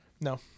no